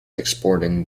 exporting